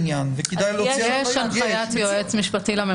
הפנייה במקרים מיוחדים ליועץ המשפטי.